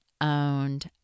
owned